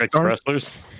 wrestlers